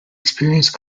experience